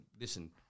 listen